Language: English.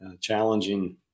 challenging